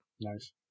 Nice